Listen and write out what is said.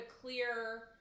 clear